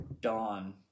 Dawn